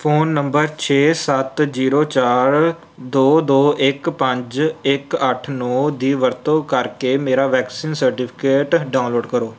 phone number ਛੇ ਸੱਤ zero ਚਾਰ ਦੋ ਦੋ ਇਕ ਪੰਜ ਇਕ ਅੱਠ ਨੋਂ ਦੀ ਵਰਤੋਂ ਕਰਕੇ ਮੇਰਾ ਵੈਕਸੀਨ ਸਰਟੀਫਿਕੇਟ ਡਾਊਨਲੋਡ ਕਰੋ